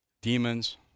demons